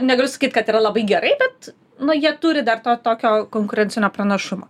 negaliu sakyt kad yra labai gerai bet nu jie turi dar to tokio konkurencinio pranašumo